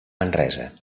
manresa